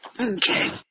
Okay